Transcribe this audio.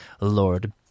Lord